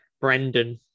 Brendan